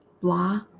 blah